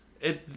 it